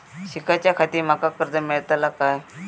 शिकाच्याखाती माका कर्ज मेलतळा काय?